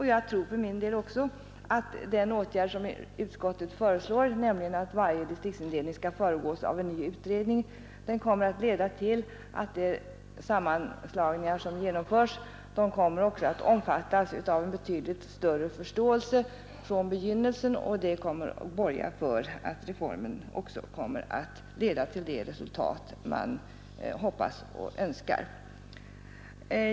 Jag tror för min del också att den åtgärd som utskottet föreslår, nämligen att varje distriktsindelning skall föregås av en ny utredning, kommer att leda till att de sammanslagningar som genomförs också kommer att omfattas med betydligt större förståelse från begynnelsen, och det kommer att borga för att reformen också kommer att leda till det resultat som man hoppas på och önskar.